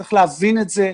צריך להבין את זה.